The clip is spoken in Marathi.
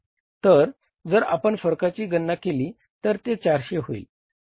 तर जर आपण फरकाची गणना केली तर ते 400 येईल